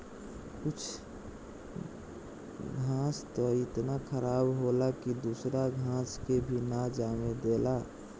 कुछ घास त इतना खराब होला की दूसरा घास के भी ना जामे देला